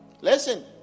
Listen